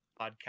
podcast